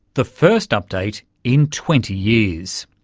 the first update in twenty years.